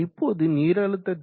இப்போது நீரழுத்த திறனை 1000